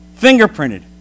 fingerprinted